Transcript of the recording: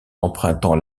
empruntant